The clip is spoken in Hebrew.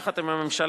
יחד עם הממשלה,